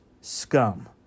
scum